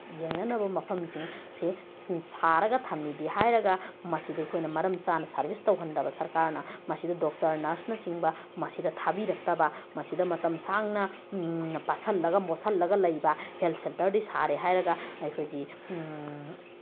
ꯌꯦꯡꯅꯅꯕ ꯃꯐꯝꯁꯤꯡꯁꯦ ꯁꯥꯔꯒ ꯊꯝꯃꯦꯗꯤ ꯍꯥꯏꯔꯒ ꯃꯁꯤꯗ ꯑꯩꯈꯣꯏꯅ ꯃꯔꯝ ꯆꯥꯅ ꯁꯥꯔꯕꯤꯁ ꯇꯧꯍꯟꯗꯕ ꯁꯔꯀꯥꯔꯅ ꯃꯁꯤꯗ ꯗꯣꯛꯇꯔ ꯅꯔꯁꯅꯆꯤꯡꯕ ꯃꯁꯤꯗ ꯊꯥꯕꯤꯔꯛꯇꯕ ꯃꯁꯤꯗ ꯃꯇꯝ ꯁꯥꯡꯅ ꯄꯠꯁꯤꯜꯂꯒ ꯃꯣꯠꯁꯤꯜꯂꯒ ꯂꯩꯕ ꯍꯦꯜ ꯁꯦꯟꯇꯔꯗꯤ ꯁꯥꯔꯦ ꯍꯥꯏꯔꯒ ꯑꯩꯈꯣꯏꯒꯤ